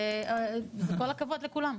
על זה כל הכבוד לכולם.